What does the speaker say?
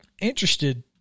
Interested